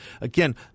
Again